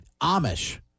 Amish